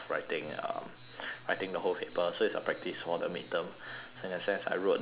writing the whole paper so it's a practice for the midterm so in a sense I wrote that uh